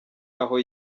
aho